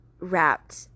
wrapped